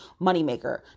moneymaker